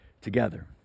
together